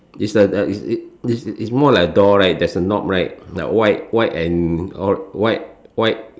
is more like is is is a door there's a knob right like white white and white white